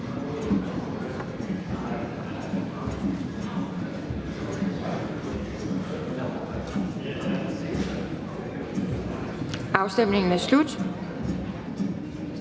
Afstemningen er slut.